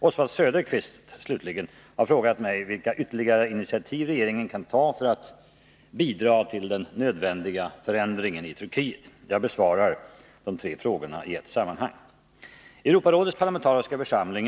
Oswald Söderqvist, slutligen, har frågat mig vilka ytterligare initiativ regeringen kan ta för att bidra till den nödvändiga förändringen i Turkiet. Jag besvarar de tre frågorna i ett sammanhang.